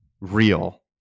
real